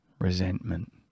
Resentment